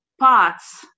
POTS